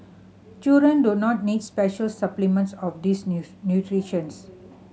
children do not need special supplements of these nutritions